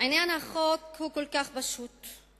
עניין החוק כל כך פשוט,